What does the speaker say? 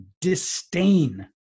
disdain